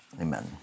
Amen